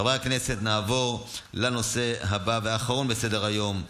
חברי הכנסת, נעבור לנושא הבא והאחרון בסדר-היום,